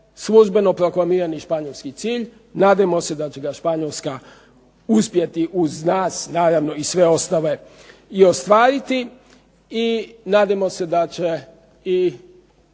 službeno proklamirani španjolski cilj. Nadajmo se da će ga Španjolska uspjeti uz nas, naravno i sve ostale, i ostvariti i nadajmo se da će i